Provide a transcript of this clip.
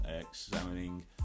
examining